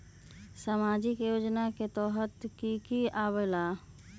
समाजिक योजना के तहद कि की आवे ला?